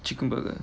chicken burger